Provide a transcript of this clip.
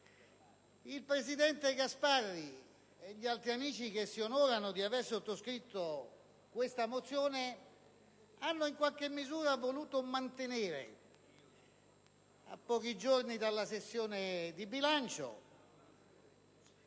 il presidente Gasparri e gli altri amici che si onorano di aver sottoscritto questa mozione hanno, in qualche misura, voluto mantenere, a pochi giorni dalla sessione di bilancio